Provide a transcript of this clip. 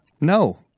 No